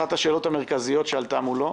אחת השאלות המרכזיות שעלתה מולו,